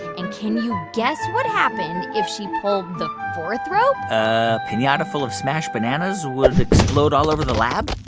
and can you guess what happened if she pulled the fourth rope? a pinata full of smashed bananas would explode all over the lab?